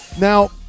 Now